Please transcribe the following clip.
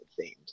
themed